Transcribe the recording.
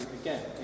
again